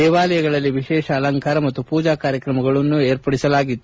ದೇವಾಲಯಗಳಲ್ಲಿ ವಿಶೇಷ ಅಲಂಕಾರ ಮತ್ತು ಪೂಜಾ ಕಾರ್ಕಕ್ರಮಗಳನ್ನ ಏರ್ಪಡಿಸಲಾಗಿತ್ತು